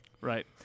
Right